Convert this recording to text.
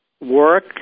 work